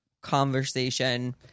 conversation